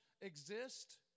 exist